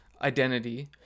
identity